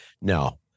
No